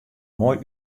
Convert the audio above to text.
moai